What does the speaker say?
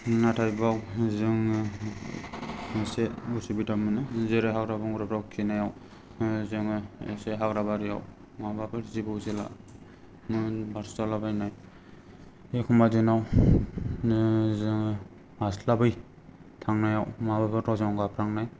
नाथाय बाव जोङो मोनसे उसुबिदा मोनो जेरै हाग्रा बंग्राफोराव खिनायाव जोङो एसे हाग्राबारियाव माबाफोर जिबौ जोला मोन बारस'जालाबायनाय एखम्बा दिनावनो जोङो हासलाबै थांनायाव माबा रजं गाफ्लांनाय